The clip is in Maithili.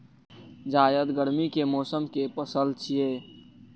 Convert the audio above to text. जायद गर्मी के मौसम के पसल छियै